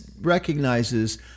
recognizes